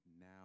now